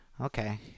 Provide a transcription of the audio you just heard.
okay